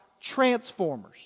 Transformers